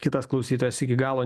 kitas klausytojas iki galo